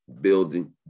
building